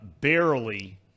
barely